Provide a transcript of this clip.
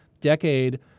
decade